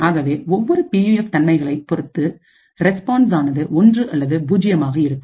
ஆகவே ஒவ்வொரு பியூஎஃப் தன்மைகளைப் பொறுத்து ரெஸ்பான்ஸ் ஆனது ஒன்று அல்லது பூஜ்ஜியமாக இருக்கும்